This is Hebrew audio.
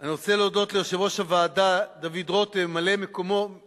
אני רוצה להודות ליושב-ראש הוועדה דוד רותם וממלאי-מקומו,